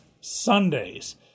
Sundays